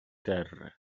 terre